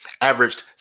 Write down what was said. averaged